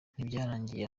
ntibyarangiriye